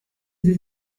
sie